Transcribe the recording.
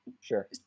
sure